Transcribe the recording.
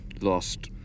lost